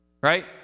Right